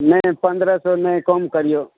नहि पंद्रह सए नहि कम करियौ